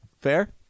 fair